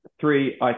three